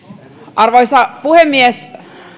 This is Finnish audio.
arvoisa puhemies